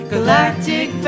Galactic